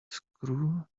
screw